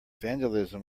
vandalism